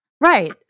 Right